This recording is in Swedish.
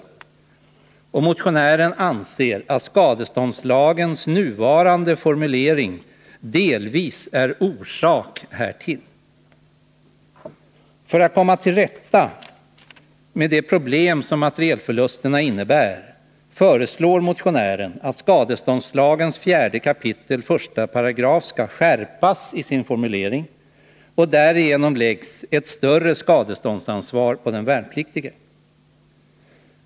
Enligt motionärens uppfattning är skadeståndslagens nuvarande formulering delvis orsak härtill. För att komma till rätta med de problem som materielförlusterna innebär föreslås i motionen att skadeståndslagens 4 kap. 1 § skall skärpas i sin formulering, så att ett större skadeståndsansvar läggs på den värnpliktige.